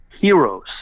heroes